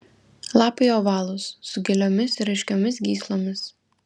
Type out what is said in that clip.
lapai ovalūs su giliomis ir aiškiomis gyslomis